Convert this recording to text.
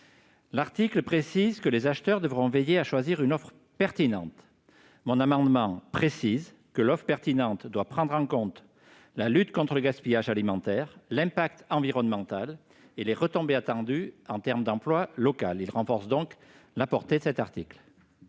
l'article précise que les acheteurs devront veiller à choisir une offre pertinente mon amendement précise que l'pertinente doit prendre en compte la lutte contre le gaspillage alimentaire l'impact environnemental et les retombées attendues en termes d'emploi local ils renforcent donc la portée de cet article.